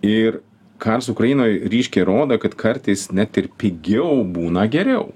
ir karas ukrainoj ryškiai rodo kad kartais net ir pigiau būna geriau